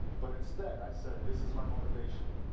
but instead i said this is my motivation.